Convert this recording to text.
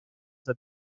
have